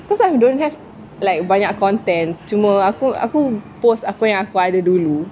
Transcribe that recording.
cause I don't have like banyak content cuma aku aku post apa yang aku ada dulu